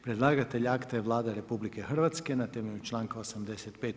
Predlagatelj akta je Vlada RH na temelju članka 85.